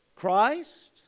christ